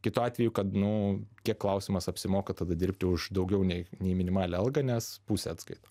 kitu atveju kad nu kiek klausimas apsimoka tada dirbti už daugiau nei nei minimalią algą nes pusė atskaita